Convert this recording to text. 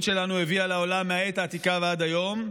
שלנו הביאה לעולם מהעת העתיקה ועד היום,